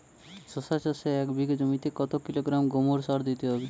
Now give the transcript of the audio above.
শশা চাষে এক বিঘে জমিতে কত কিলোগ্রাম গোমোর সার দিতে হয়?